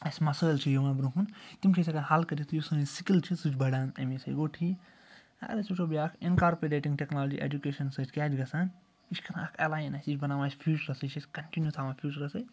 اَسہِ مَسٲیِل چھِ یِوان برٛونٛہہ کُن تِم چھِ أسۍ ہٮ۪کان حل کٔرِتھ یُس سٲنۍ سِکِل چھ سُہ چھ بَڑان اَمے سۭتۍ گوٚو ٹھیٖک اگر أسۍ وٕچھو بیاکھ اِنکارپریٹِنٛگ ٹیٚکنالجی ایٚجُکیشَن سۭتۍ کیٛاہ چھِ گَژھان یہِ چھُ کران اکھ اٮ۪لاین اسہِ یہِ چھِ بناوان اَسہِ فیوٗچرس سۭتۍ چھُ اسہِ کَنٹنیوٗ تھاوان فیوٗچرس سۭتۍ